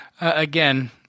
again